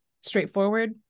straightforward